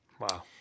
Wow